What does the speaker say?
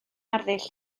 arddull